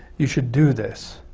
you should do this.